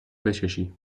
بچشی